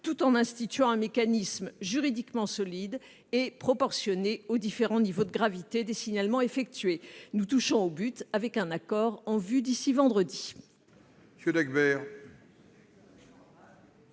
tout en instituant un mécanisme solide juridiquement et proportionné aux différents niveaux de gravité des signalements effectués. Nous touchons au but avec un accord en vue d'ici à vendredi